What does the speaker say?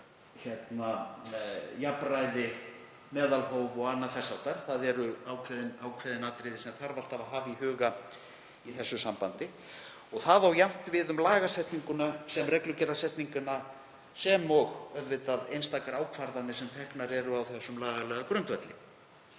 um jafnræði, meðalhóf og annað þess háttar. Það eru ákveðin atriði sem þarf alltaf að hafa í huga í því sambandi. Það á jafnt við um lagasetninguna sem reglugerðarsetninguna sem og auðvitað einstakar ákvarðanir sem teknar eru á þessum lagalega grundvelli.